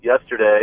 Yesterday